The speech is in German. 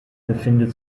befindet